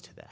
to that